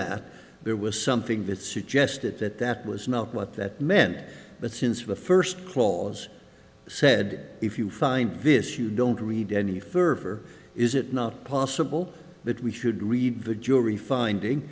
fat there was something that suggested that that was not what that meant but since the first clause said if you find this you don't read any fervor is it not possible that we should read the jury finding